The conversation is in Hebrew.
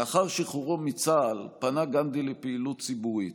לאחר שחרורו מצה"ל פנה גנדי לפעילות ציבורית